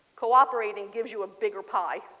cooperateing gives you a bigger pie.